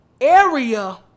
area